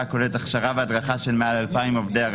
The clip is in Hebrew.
כאשר אני נותן צ'ק לעובד שלי,